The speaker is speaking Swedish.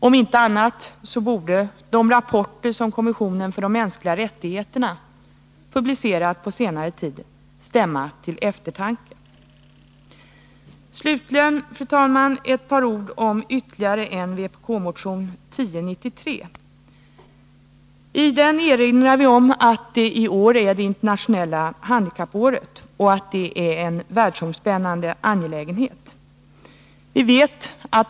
Om inte annat så borde de rapporter som kommissionen för de mänskliga rättigheterna publicerat på senare tid stämma till eftertanke. Slutligen, fru talman, några ord om ytterligare en vpk-motion, nr 1093. Vi erinrar i den om att det internationella handikappåret är en världsomspännande angelägenhet.